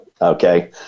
Okay